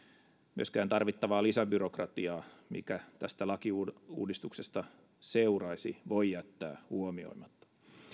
myöskään tarvittavaa lisäbyrokratiaa mikä tästä lakiuudistuksesta seuraisi voi jättää huomioimatta